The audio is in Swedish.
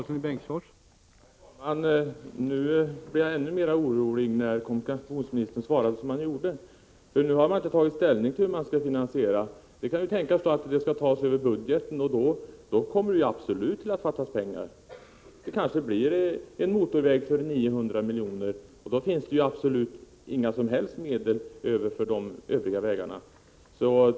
Herr talman! Nu blir jag ännu mer orolig, när kommunikationsministern svarade som han gjorde. Nu har man inte tagit ställning till hur man skall finansiera. Det kan ju tänkas att medlen skall tas över budgeten, och då kommer det absolut att fattas pengar. Det blir kanske motorväg för 900 milj.kr., och då finns det inga som helst medel över för de övriga vägarna.